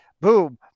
boom